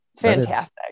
Fantastic